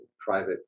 private